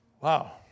Wow